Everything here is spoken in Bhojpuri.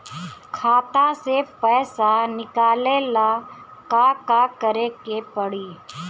खाता से पैसा निकाले ला का का करे के पड़ी?